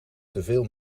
teveel